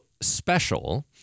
Special